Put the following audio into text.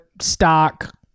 stock